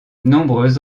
nombreuses